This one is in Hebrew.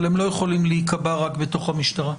הם לא יכולים להיקבע רק בתוך המשטרה.